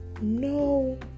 no